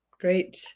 Great